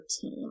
team